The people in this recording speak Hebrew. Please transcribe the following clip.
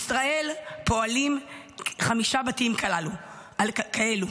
בישראל פועלים חמישה בתים כאלו.